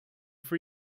for